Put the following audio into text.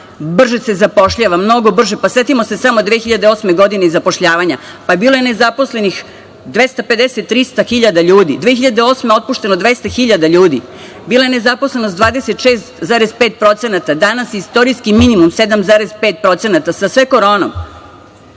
Brže se zapošljava, mnogo brže. Setimo se samo 2008. godine i zapošljavanja, bilo je nezaposlenih 250.000-300.000 ljudi. Godine je 2008. je otpušteno 200.000 ljudi, bila je nezaposlenost 26,5 %. Danas je istorijski minimum, 7,5% sa sve Koronom.